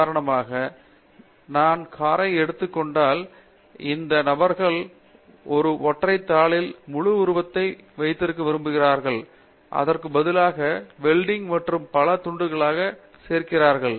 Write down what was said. உதாரணமாக நான் காரை எடுத்துக் கொண்டால் இந்த நபர்கள் ஒரு ஒற்றை தாளில் முழு உருவத்தையும் வைத்திருக்க விரும்புகிறார்கள் அதற்கு பதிலாக வெல்டிங் மற்றும் பல துண்டுகளாக சேர்கிறார்கள்